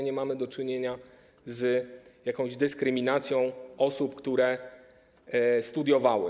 Nie mamy do czynienia z dyskryminacją osób, które studiowały.